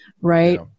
Right